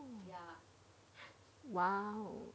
!wow!